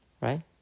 Right